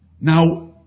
Now